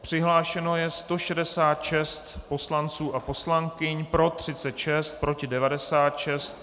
Přihlášeno je 166 poslanců a poslankyň, pro 36, proti 96.